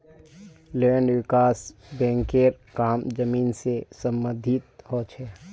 land विकास बैंकेर काम जमीन से सम्बंधित ह छे